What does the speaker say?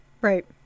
Right